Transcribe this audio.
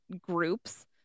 groups